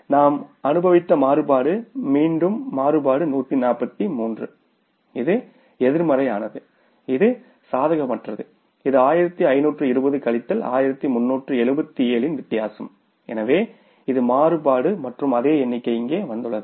இங்கே நாம் அனுபவித்த மாறுபாடு மீண்டும் மாறுபாடு 143 இது எதிர்மறையானது இது சாதகமற்றது இது 1520 கழித்தல் 1377 இன் வித்தியாசம் எனவே இது மாறுபாடு மற்றும் அதே எண்ணிக்கை இங்கே வந்துள்ளது